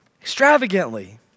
Extravagantly